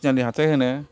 तिनालि हाथाइ होनो